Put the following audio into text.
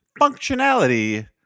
functionality